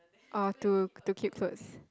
oh to to keep clothes